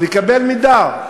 לקבל מידע,